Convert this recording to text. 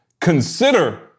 consider